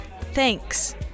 Thanks